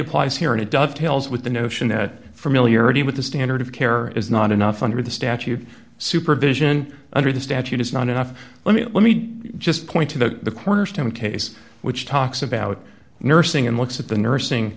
applies here and it does tails with the notion that for milieu already with the standard of care is not enough under the statute supervision under the statute is not enough let me let me just point to the cornerstone case which talks about nursing and looks at the nursing